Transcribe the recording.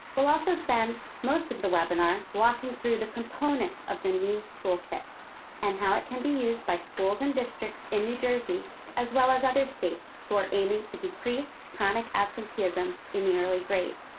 we'll also spend most of the webinar walking through the components of the new toolkit and how it can be used by schools and districts in new jersey as well as other states who are aiming to decrease chronic absenteeism in the early grades.